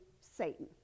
Satan